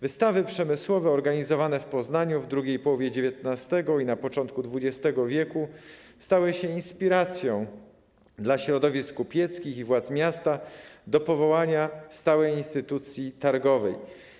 Wystawy przemysłowe organizowane w Poznaniu w drugiej połowie XIX i na początku XX wieku stały się inspiracją dla środowisk kupieckich i władz miasta do powołania stałej instytucji targowej.